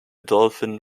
dolphin